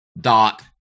dot